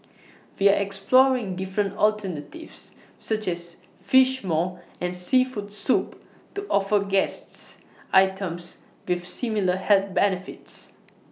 we are exploring different alternatives such as Fish Maw and Seafood Soup to offer guests items with similar health benefits